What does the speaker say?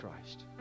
Christ